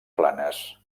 planes